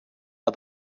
are